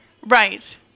Right